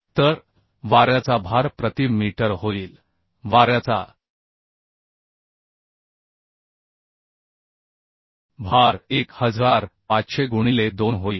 तर वाऱ्याचा भार प्रति मीटर होईल वाऱ्याचा भार 1500 गुणिले 2 होईल